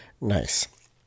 Nice